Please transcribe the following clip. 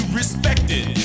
respected